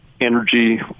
energy